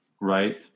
right